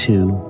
Two